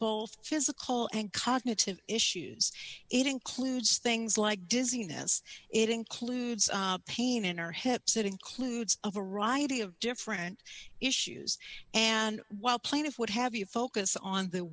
both physical and cognitive issues it includes things like dizziness it includes pain in her hips it includes a variety of different issues and while plaintiff would have you focus on th